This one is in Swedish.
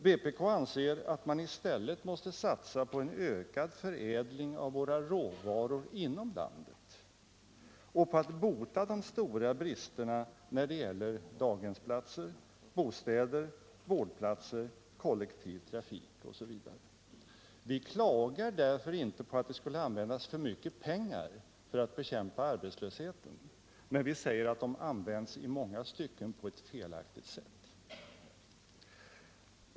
Vpk anser att man i stället måste satsa på en ökad förädling av våra råvaror inom landet och på att bota de stora bristerna när det gäller daghemsplatser, bostäder, vårdplatser, kollektiv trafik osv. Vi klagar därför inte på att det” skulle användas för mycket pengar för att bekämpa arbetslösheten, men vi säger att de används i många stycken på ctt felaktigt sätt.